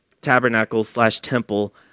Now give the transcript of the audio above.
tabernacle-slash-temple